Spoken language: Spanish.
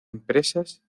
empresas